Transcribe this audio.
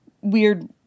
weird